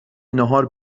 ناهار